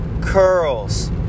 curls